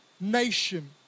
nation